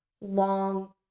long